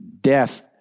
death